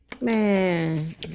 Man